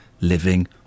living